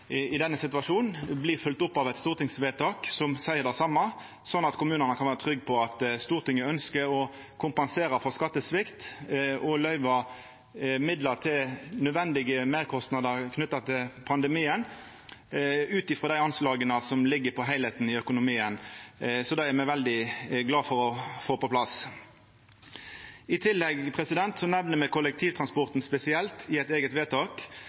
i denne situasjonen, blir følgt opp av eit stortingsvedtak som seier det same, slik at kommunane kan vera trygge på at Stortinget ønskjer å kompensera for skattesvikt og løyver midlar til nødvendige meirkostnader knytt til pandemien ut frå dei anslaga som ligg på heilskapen i økonomien. Det er me veldig glade for å få på plass. I tillegg nemner me kollektivtransporten spesielt i eit eige